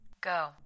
Go